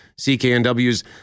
CKNW's